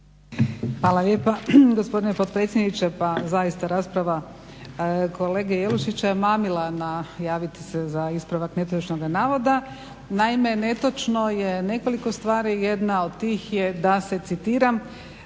Hvala lijepa, gospodine potpredsjedniče. Pa zaista rasprava kolege Jelušića je mamila na javiti se za ispravak netočnog navoda. Naime, netočno je nekoliko stvari, a jedna od tih je da se citiram: